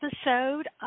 episode